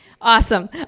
Awesome